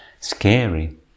scary